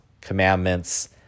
commandments